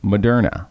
Moderna